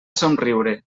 somriure